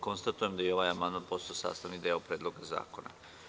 Konstatujem da je ovaj amandman postao sastavni deo Predloga zakona.